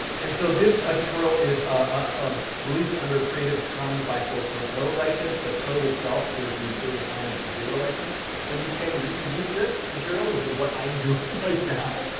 and so this ah tutorial is ah um released under creative commons by four point zero license. the code itself is the creative commons zero license. so you can re-use this material, which is what i'm doing right now.